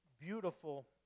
beautiful